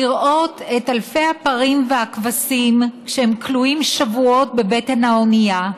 לראות את אלפי הפרים והכבשים כשהם כלואים שבועות בבטן האנייה,